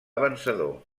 vencedor